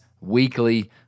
weekly